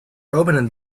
opened